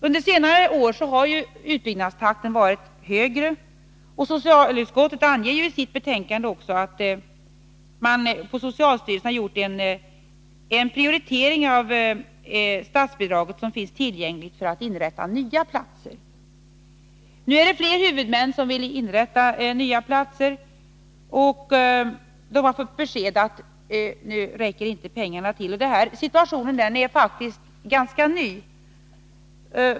Under senare år har utbyggnadstakten varit högre, och socialutskottet anger också i sitt betänkande att socialstyrelsen har gjort en prioritering av det statsbidrag som finns tillgängligt för att inrätta nya platser. Nu är det flera huvudmän som vill inrätta nya platser. De har fått besked om att pengarna nu inte räcker till. Den här situationen är faktiskt ganska ny.